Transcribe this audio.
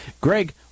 Greg